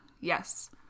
Yes